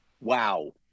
Wow